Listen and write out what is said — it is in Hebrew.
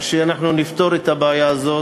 שאנחנו נפתור את הבעיה הזאת,